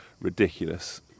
ridiculous